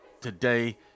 today